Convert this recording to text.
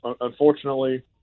Unfortunately